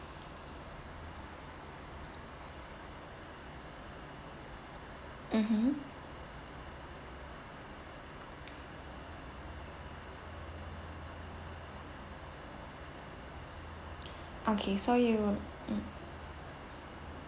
mmhmm okay so you wou~ um